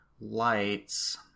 Lights